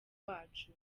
wacu